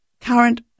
current